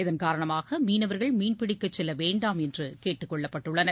இதன் காரணமாக மீனவர்கள் மீன்பிடிக்கச் செல்ல வேண்டாம் என்று கேட்டுக் கொள்ளப்பட்டுள்ளனர்